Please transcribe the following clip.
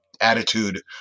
attitude